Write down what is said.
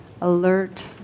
alert